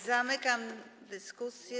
Zamykam dyskusję.